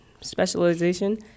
specialization